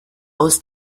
aus